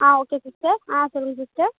ஆ okay sister ஆ சரிங்க sister